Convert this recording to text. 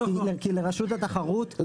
כי לרשות התחרות יש את הסמכות --- אתה